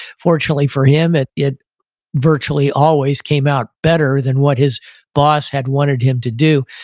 fortunately for him, it it virtually always came out better than what his boss had wanted him to do.